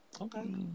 Okay